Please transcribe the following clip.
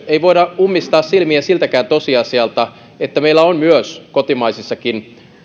ei myöskään voida ummistaa silmiä siltäkään tosiasialta että meillä on myös kotimaisissakin